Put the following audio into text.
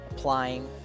Applying